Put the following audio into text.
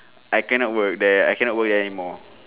I cannot work there I cannot work anymore